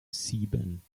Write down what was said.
sieben